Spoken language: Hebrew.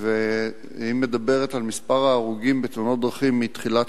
בדצמבר והיא מדברת על מספר ההרוגים בתאונות דרכים מתחילת